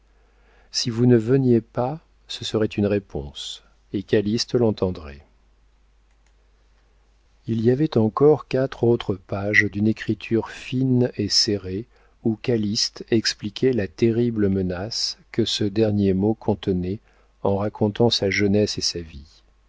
si vous ne veniez pas ce serait une réponse et calyste l'entendrait il y avait encore quatre autres pages d'une écriture fine et serrée où calyste expliquait la terrible menace que ce dernier mot contenait en racontant sa jeunesse et sa vie